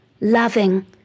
loving